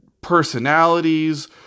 personalities